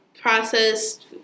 processed